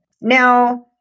Now